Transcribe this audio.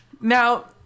Now